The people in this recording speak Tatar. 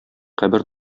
кабер